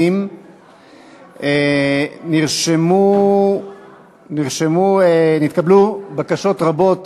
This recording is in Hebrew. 20). נתקבלו בקשות רבות